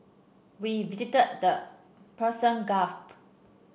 we visited the Persian Gulf